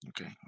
Okay